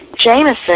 Jameson